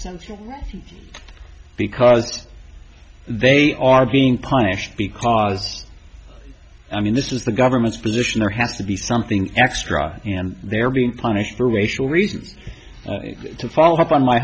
right because they are being punished because i mean this is the government's position there has to be something extra and they are being punished for racial reasons to follow up on my